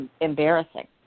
embarrassing